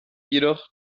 jedoch